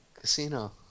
Casino